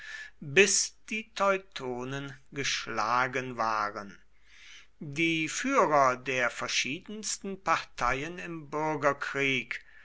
bis die teutonen geschlagen waren die führer der verschiedensten parteien im bürgerkrieg